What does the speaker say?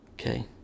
Okay